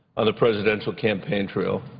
on the presidential campaign trail.